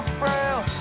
frail